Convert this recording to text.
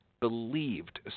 Believed